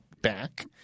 back